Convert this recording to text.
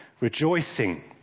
rejoicing